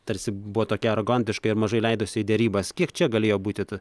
tarsi buvo tokia arogantiška ir mažai leidosi į derybas kiek čia galėjo būti